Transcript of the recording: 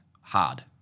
hard